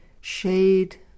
shade